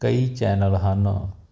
ਕਈ ਚੈਨਲ ਹਨ